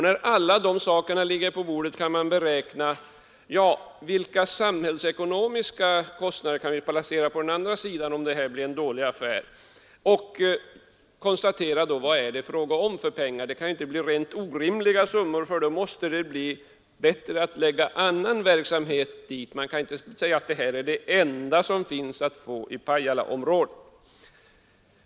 När de uppgifterna ligger på bordet kan man beräkna vilka samhällsekonomiska kostnader vi kan placera på den andra sidan, om brytningen skulle bli en dålig affär. Vi kan sedan konstatera hur mycket pengar det blir fråga om. Det får inte bli rent orimliga summor, för då är det bättre att förlägga annan verksamhet till Pajalaområdet; man kan inte säga att malmbrytning är det enda tänkbara där.